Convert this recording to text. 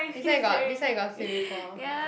this one you got this one you got say before